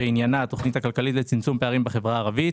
שעניינה התוכנית הכלכלית לצמצום פערים בחברה הערבית,